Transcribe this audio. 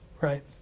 Right